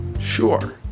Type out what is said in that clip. sure